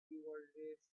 stewardess